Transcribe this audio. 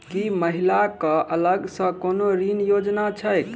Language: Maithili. की महिला कऽ अलग सँ कोनो ऋण योजना छैक?